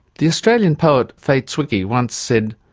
the australian poet, fay zwicky once said,